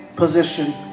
Position